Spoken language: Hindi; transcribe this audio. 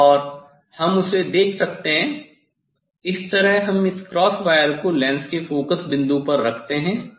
और हम उसे देख सकते हैं इस तरह हम इस क्रॉस वायर को लेंस के फोकस बिंदु पर रखते हैं